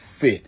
fit